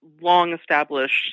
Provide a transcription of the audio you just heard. long-established